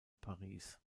paris